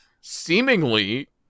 Seemingly